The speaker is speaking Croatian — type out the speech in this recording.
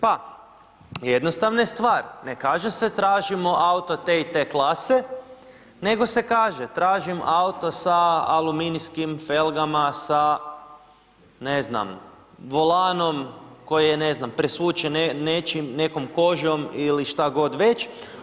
Pa jednostavna je stvar, ne kaže se tražimo auto te i te klase, nego se kaže, tražimo auto sa aluminijskim felgama, sa ne znam, volanom, koji je ne znam, presvučen nečim, nekom kožom ili što već.